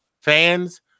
fans